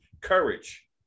courage